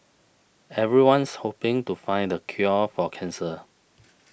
everyone's hoping to find the cure for cancer